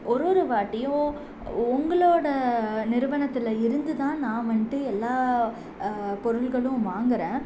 ஒரு ஒரு வாட்டியும் உங்களோடய நிறுவனத்தில் இருந்து தான் நான் வந்துட்டு எல்லா பொருட்களும் வாங்குறேன்